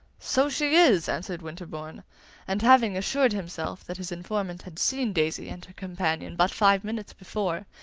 so she is! answered winterbourne and having assured himself that his informant had seen daisy and her companion but five minutes before,